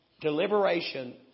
deliberation